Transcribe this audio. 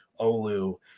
Olu